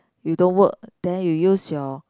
you don't work then you use your